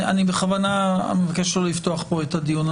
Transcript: אני בכוונה מבקש לא לפתוח פה את הדיון.